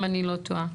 אם אני לא טועה.